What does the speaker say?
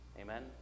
Amen